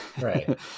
Right